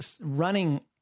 running